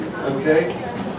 okay